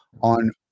on